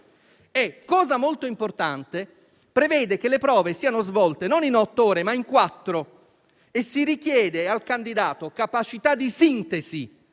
- cosa molto importante - prevede che le prove siano svolte non in otto ma in quattro ore, e si richiede al candidato capacità di sintesi.